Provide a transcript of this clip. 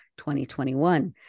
2021